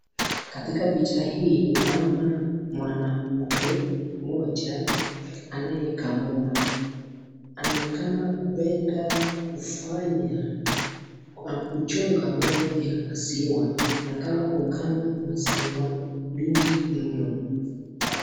Katika picha hii naona mwanamke mmoja anaye kamua naonekana kupenda kufanya kuchunga ng'ombe ya maziwa na kama kukama maziwa mingi iliyo.